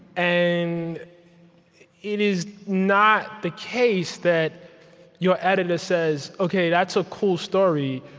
and it is not the case that your editor says, ok, that's a cool story,